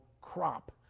crop